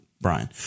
Brian